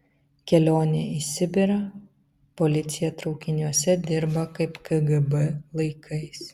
kelionė į sibirą policija traukiniuose dirba kaip kgb laikais